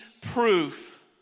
proof